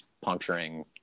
puncturing